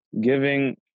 giving